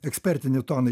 ekspertinį toną